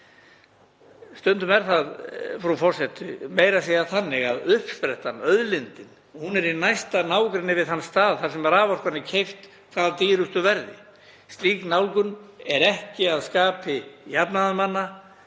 Stundum er það, frú forseti, meira að segja þannig að uppsprettan, auðlindin er í næsta nágrenni við þann stað þar sem raforkan er keypt hvað dýrustu verði. Slík nálgun er ekki að skapi jafnaðarmanna